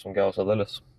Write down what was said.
smagiausia dalis